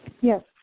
Yes